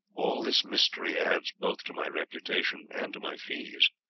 all this mystery adds both to my reputation and to my fees.